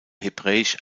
hebräisch